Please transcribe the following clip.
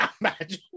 Imagine